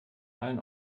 allen